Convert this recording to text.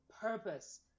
purpose